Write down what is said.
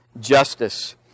justice